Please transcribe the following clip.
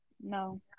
No